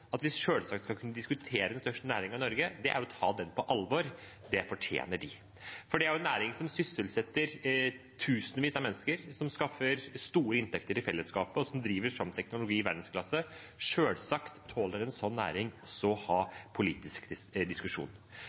At vi selvsagt skal kunne diskutere den største næringen i Norge, er å ta den på alvor, og det fortjener de, for det er en næring som sysselsetter tusenvis av mennesker, som skaffer store inntekter til fellesskapet, og som driver fram teknologi i verdensklasse. Selvsagt tåler en slik næring å ha politisk diskusjon.